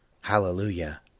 Hallelujah